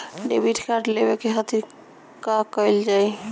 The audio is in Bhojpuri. डेबिट कार्ड लेवे के खातिर का कइल जाइ?